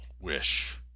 wish